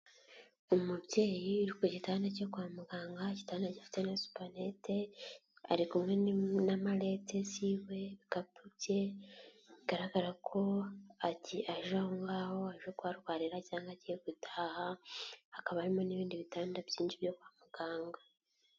umubyeyi uri ku gitanda cyo kwa muganga, igitanda gifite na supanete, ari kumwe na marete ziwe, ibikapu bye, bigaragara ko agi , aje aho ngaho aje kuharwarira cyangwa agiye gutaha hakaba harimo n'ibindi bitanda byinshi byo kwa muganga.